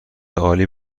عالی